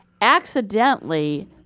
accidentally